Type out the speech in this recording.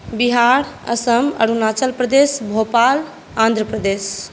Bihar Assam Arunachal Pradesh Bhopal Andhra Pradesh